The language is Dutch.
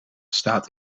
staat